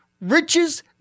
riches